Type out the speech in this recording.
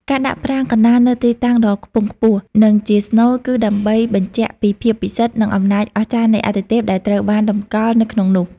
ការដាក់ប្រាង្គកណ្តាលនៅទីតាំងដ៏ខ្ពង់ខ្ពស់ និងជាស្នូល គឺដើម្បីបញ្ជាក់ពីភាពពិសិដ្ឋ និងអំណាចអស្ចារ្យនៃអាទិទេពដែលត្រូវបានតម្កល់នៅក្នុងនោះ។